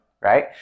right